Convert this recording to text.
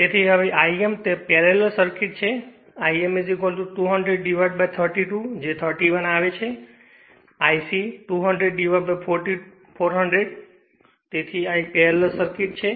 તેથી હવે I m તે પેરેલલ સર્કિટ છે તેથી I m 20032 જે 31 આવે છે અને I c R200400 હશે તેથી આ એક પેરેલલ સર્કિટ છે